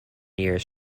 years